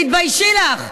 תתביישי לך.